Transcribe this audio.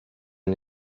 and